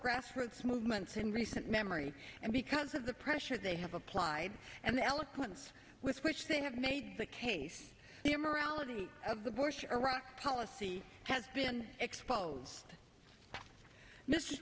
grassroots movements in recent memory and because of the pressure they have applied and the eloquence with which they have made the case the immorality of the bush seraphic policy has been exposed mr